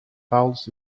fouls